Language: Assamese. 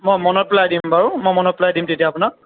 মই মনত পেলাই দিম বাৰু মই মনত পেলাই দিম তেতিয়া আপোনাক